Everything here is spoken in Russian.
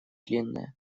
длинная